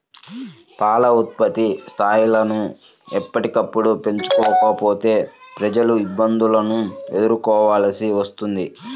పాల ఉత్పత్తి స్థాయిలను ఎప్పటికప్పుడు పెంచుకోకపోతే ప్రజలు ఇబ్బందులను ఎదుర్కోవలసి వస్తుంది